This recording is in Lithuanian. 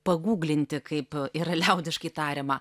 paguglinti kaip yra liaudiškai tariamą